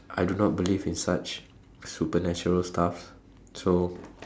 I do not believe in such supernatural stuff so